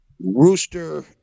Rooster